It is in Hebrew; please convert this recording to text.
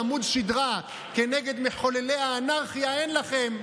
עמוד שדרה כנגד מחוללי האנרכיה אין לכם.